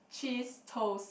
cheese toast